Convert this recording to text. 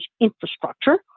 infrastructure